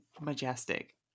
majestic